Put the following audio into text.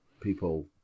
people